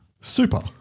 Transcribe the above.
Super